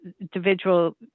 individual